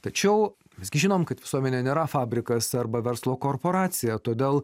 tačiau mes gi žinom kad visuomenė nėra fabrikas arba verslo korporacija todėl